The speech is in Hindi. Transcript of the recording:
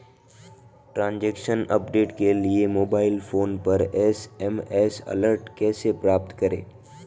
ट्रैन्ज़ैक्शन अपडेट के लिए मोबाइल फोन पर एस.एम.एस अलर्ट कैसे प्राप्त करें?